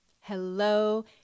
Hello